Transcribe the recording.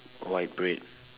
white bread